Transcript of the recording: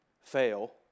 fail